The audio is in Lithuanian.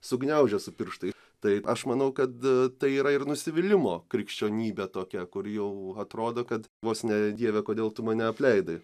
sugniaužia su pirštai tai aš manau kad tai yra ir nusivylimo krikščionybe tokia kur jau atrodo kad vos ne dieve kodėl tu mane apleidai